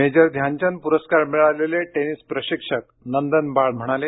major Dhyanchand पुरस्कार मिळालेले tennis प्रशिक्षक नंदन बाळ म्हणाले